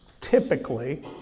typically